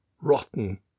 Rotten